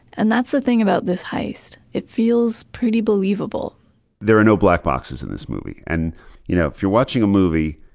and that's the thing about this heist. it feels pretty believable there are no black boxes in this movie. and you know if you're watching a movie,